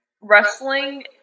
wrestling